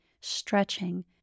stretching